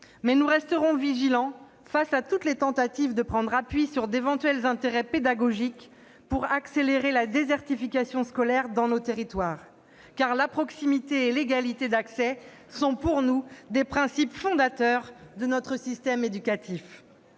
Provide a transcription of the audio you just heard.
mais nous resterons vigilants face à toutes les tentatives de prendre appui sur d'éventuels intérêts pédagogiques pour accélérer la désertification scolaire dans nos territoires, car la proximité et l'égalité d'accès sont pour nous des principes fondateurs de notre système éducatif.